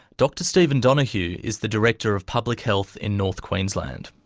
dr stephen donohue is the director of public health in north queensland.